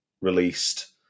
released